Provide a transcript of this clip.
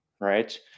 right